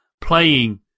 playing